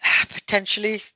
Potentially